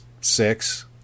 six